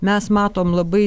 mes matom labai